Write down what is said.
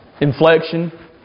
inflection